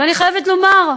ואני חייבת לומר,